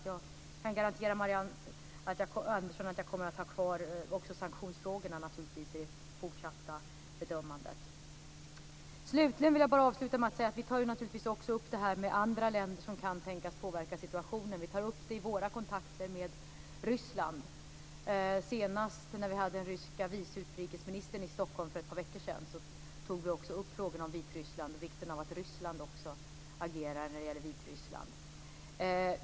Jag kan garantera Marianne Andersson att jag naturligtvis kommer att ha kvar också sanktionsfrågorna i det fortsatta bedömandet. Slutligen vill jag bara säga att vi naturligtvis också tar upp det här med andra länder som kan tänkas påverka situationen. Vi tar t.ex. upp det i våra kontakter med Ryssland. Senast när vi hade den ryska vice utrikesministern i Stockholm för ett par veckor sedan tog vi också upp frågorna om Vitryssland och vikten av att Ryssland också agerar när det gäller Vitryssland.